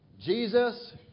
Jesus